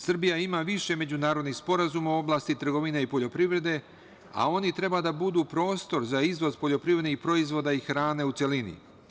Srbija ima više međunarodnih sporazuma u oblasti trgovine i poljoprivrede, a oni treba da budu prostor za izvoz poljoprivrednih proizvoda i hrane u celini.